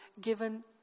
given